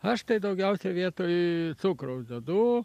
aš tai daugiausiai vietoj cukraus dedu